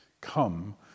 Come